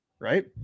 Right